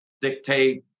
dictate